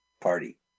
party